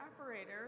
operator